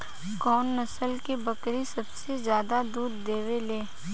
कउन नस्ल के बकरी सबसे ज्यादा दूध देवे लें?